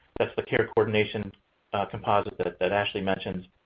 that's the care coordination composite that that ashley mentioned.